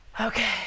Okay